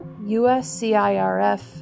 USCIRF